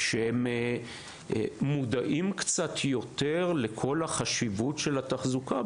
שהם מודעים קצת יותר לכל החשיבות של התחזוקה,